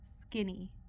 skinny